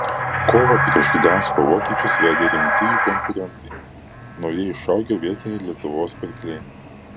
kovą prieš gdansko vokiečius vedė rimti jų konkurentai naujai išaugę vietiniai lietuvos pirkliai